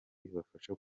ribafasha